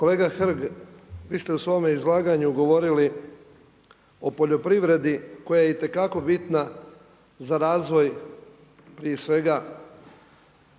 kolega Hrg vi ste u svome izlaganju govorili o poljoprivredi koja je itekako bitna za razvoj prije svega